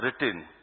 written